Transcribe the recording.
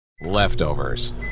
Leftovers